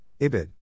Ibid